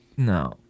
No